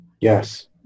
Yes